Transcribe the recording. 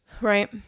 Right